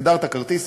הגדרת כרטיס,